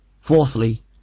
Fourthly